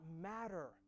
matter